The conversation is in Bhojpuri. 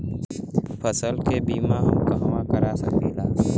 फसल के बिमा हम कहवा करा सकीला?